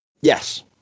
Yes